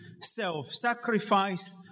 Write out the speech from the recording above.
Self-sacrifice